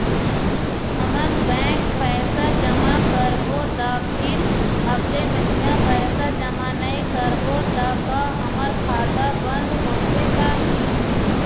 हमन बैंक पैसा जमा करबो ता फिर अगले महीना पैसा जमा नई करबो ता का हमर खाता बंद होथे जाही?